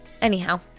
Anyhow